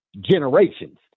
generations